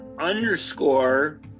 underscore